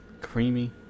creamy